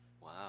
Wow